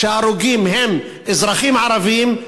שההרוגים הם אזרחים ערבים,